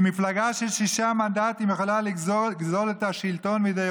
אם מפלגה של שישה מנדטים יכולה לגזול את השלטון מידי